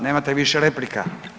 Nemate više replika.